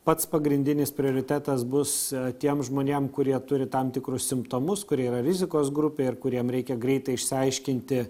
pats pagrindinis prioritetas bus tiem žmonėm kurie turi tam tikrus simptomus kurie yra rizikos grupėj ar kuriem reikia greitai išsiaiškinti